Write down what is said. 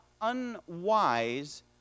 unwise